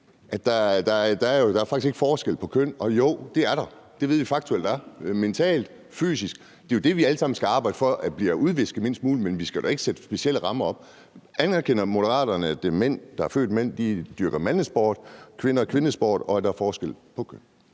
at der faktisk ikke er forskel på kønnene, og jo, det er der. Det ved vi faktuelt at der er mentalt og fysisk, og det er jo det, vi alle sammen skal arbejde for bliver udvisket mindst muligt, men vi skal da ikke sætte specielle rammer og. Anerkender Moderaterne, at det er mænd, der er født som mænd, der dyrker mandesport, og at det er kvinder, der er født